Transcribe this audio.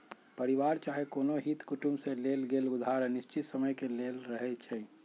परिवार चाहे कोनो हित कुटुम से लेल गेल उधार अनिश्चित समय के लेल रहै छइ